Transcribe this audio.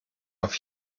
auf